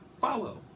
follow